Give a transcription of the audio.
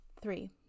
Three